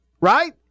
Right